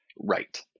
right